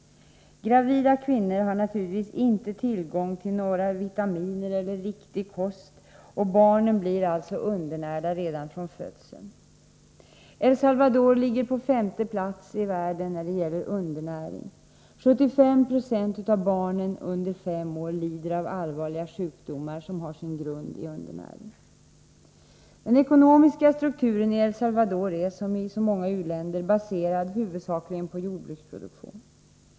Gravida kvinnor har naturligtvis inte tillgång till vitaminer eller riktig kost, och barnen är alltså undernärda sedan födseln. När det gäller undernäring ligger El Salvador på femte plats i världen. 75 96 av barnen under fem år lider av allvarliga sjukdomar vilka har sin grund i undernäring. Den ekonomiska strukturen i El Salvador är som i så många u-länder, huvudsakligen baserad på jordbruksproduktion.